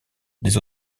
des